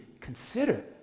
consider